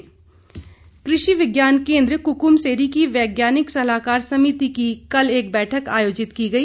बैठक कृषि विज्ञान केंद्र कुकमसेरी की वैज्ञानिक सलाहकार समिति की कल बैठक आयोजित की गई